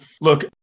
look